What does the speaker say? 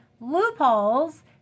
loopholes